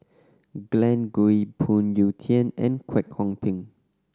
Glen Goei Phoon Yew Tien and Kwek Hong Png